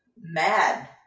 Mad